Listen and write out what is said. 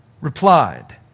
replied